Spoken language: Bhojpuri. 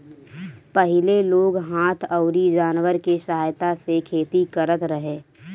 पहिले लोग हाथ अउरी जानवर के सहायता से खेती करत रहे